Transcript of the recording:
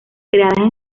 creadas